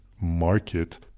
market